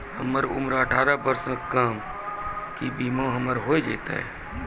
हमर उम्र अठारह वर्ष से कम या बीमा हमर हो जायत?